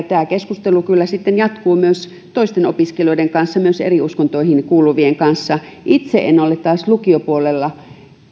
tämä keskustelu kyllä sitten jatkuu myös toisten opiskelijoiden kanssa myös eri uskontoihin kuuluvien kanssa itse en ole taas lukiopuolelta